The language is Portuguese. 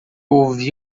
ouvi